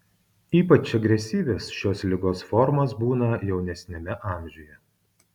ypač agresyvios šios ligos formos būna jaunesniame amžiuje